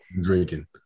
drinking